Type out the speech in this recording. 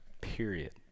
Period